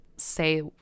say